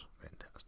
fantastic